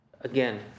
again